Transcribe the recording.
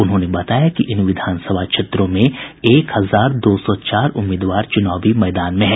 उन्होंने बताया कि इन विधानसभा क्षेत्रों में एक हजार दो सौ चार उम्मीदवार चुनावी मैदान में हैं